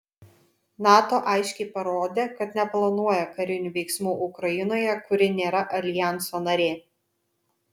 nato aiškiai parodė kad neplanuoja karinių veiksmų ukrainoje kuri nėra aljanso narė